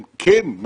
הם כן מפחיתים